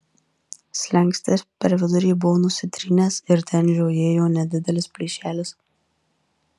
slenkstis per vidurį buvo nusitrynęs ir ten žiojėjo nedidelis plyšelis